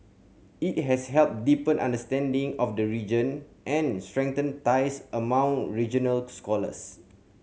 it has helped deepen understanding of the region and strengthened ties among regional scholars